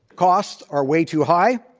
costs are way too high,